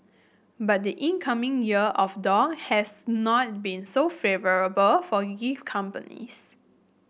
but the incoming Year of Dog has not been so favourable for gift companies